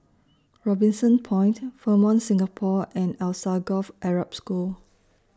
Robinson Point Fairmont Singapore and Alsagoff Arab School